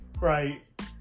Right